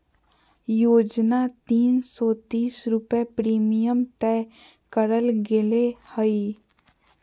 योजना तीन सो तीस रुपये प्रीमियम तय करल गेले हइ